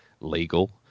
legal